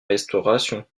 restauration